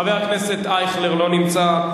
חבר הכנסת אייכלר, לא נמצא.